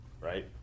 Right